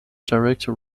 director